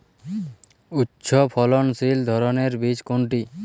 উচ্চ ফলনশীল ধানের বীজ কোনটি?